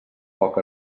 foc